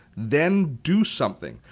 then do something.